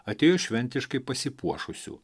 atėjo šventiškai pasipuošusių